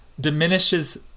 diminishes